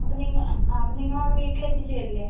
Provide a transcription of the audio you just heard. അപ്പോൾ നിങ്ങൾ അവിടെ വീട്ടിൽ എത്തിച്ച് തരില്ലേ